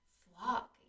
flock